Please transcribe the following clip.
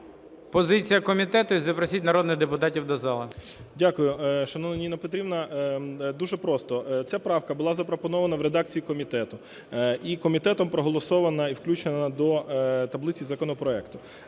Позиція комітету. І запросіть народних депутатів до зали. 13:56:34 НАТАЛУХА Д.А. Дякую. Шановна Ніна Петрівна, дуже просто. Ця правка була запропонована в редакції комітету і комітетом проголосована і включена до таблиці законопроекту.